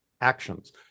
actions